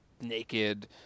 naked